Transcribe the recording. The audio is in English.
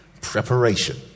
Preparation